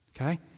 Okay